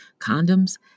condoms